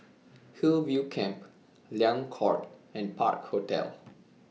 Hillview Camp Liang Court and Park Hotel